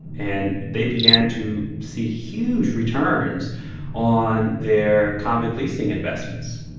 and they began to see huge returns on their convict-leasing investments